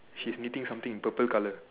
she's knitting something purple colour